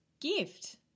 gift